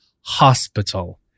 hospital